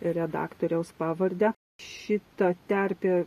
redaktoriaus pavardę šita terpė